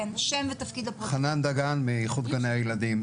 אני חנן דגן, מאיחוד גני הילדים.